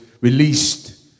released